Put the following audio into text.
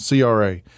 CRA